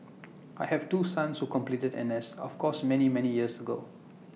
I have two sons who completed N S of course many many years ago